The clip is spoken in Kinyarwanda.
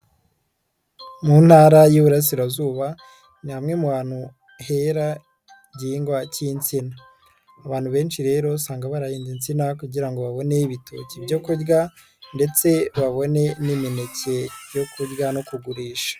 Mu Ntara y'Iburarasirazuba, ni hamwe mu hantu hera igihingwa cy'insina. Abantu benshi rero usanga bararinze insina kugira ngo babone ibitoki byo kurya ndetse babone n'imineke yo kurya no kugurisha.